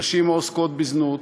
נשים העוסקות בזנות,